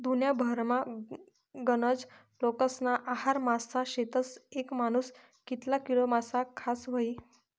दुन्याभरमा गनज लोकेस्ना आहार मासा शेतस, येक मानूस कितला किलो मासा खास व्हयी?